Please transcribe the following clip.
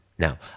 Now